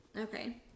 Okay